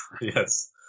Yes